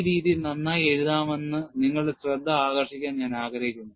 ഈ രീതിയിൽ നന്നായി എഴുതാമെന്ന് നിങ്ങളുടെ ശ്രദ്ധ ആകർഷിക്കാൻ ഞാൻ ആഗ്രഹിക്കുന്നു